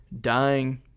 dying